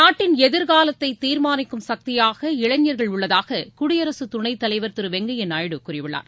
நாட்டின் எதிர்காலத்தை தீர்மானிக்கும் சக்தியாக இளைஞர்கள் உள்ளதாக குடியரசு துணைத் தலைவர் திரு வெங்கையா நாயுடு கூறியுள்ளார்